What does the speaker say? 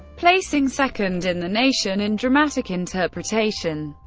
placing second in the nation in dramatic interpretation.